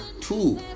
two